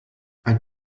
ein